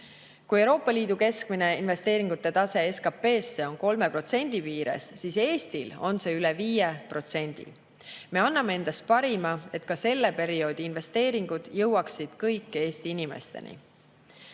Kui Euroopa Liidu keskmine investeeringute tase võrreldes SKT-ga on 3% piires, siis Eestil on see üle 5%. Me anname endast parima, et ka selle perioodi investeeringud jõuaksid kõik Eesti inimesteni.